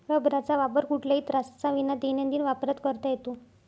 रबराचा वापर कुठल्याही त्राससाविना दैनंदिन वापरात करता येतो